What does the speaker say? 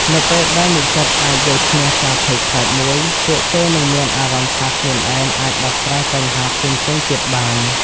នៅពេលដែលនិស្សិតអាចយកឈ្នះការភ័យខ្លាចមួយ ពួកគេនឹងមានអារម្មណ៍ថាខ្លួនឯងអាចដោះស្រាយបញ្ហាផ្សេងៗទៀតបាន។